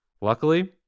Luckily